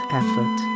effort